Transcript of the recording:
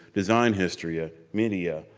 design history, ah media,